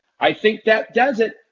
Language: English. i think that does it.